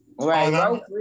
Right